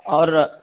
اور